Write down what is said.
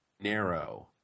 narrow